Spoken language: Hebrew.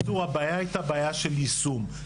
בקיצור הבעיה הייתה בעיה של יישום.